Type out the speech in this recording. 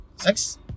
Sex